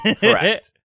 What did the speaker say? Correct